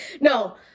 No